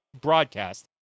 broadcast